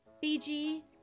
Fiji